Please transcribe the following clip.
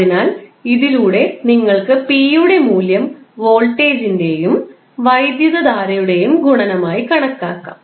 അതിനാൽ ഇതിലൂടെ നിങ്ങൾക്ക് p യുടെ മൂല്യം വോൾട്ടേജിന്റെയും വൈദ്യുതധാരയുടെയും ഗുണനമായി കണക്കാക്കാം